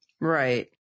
Right